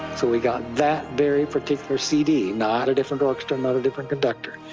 so we got that very particular cd, not a different orchestra, not a different conductor.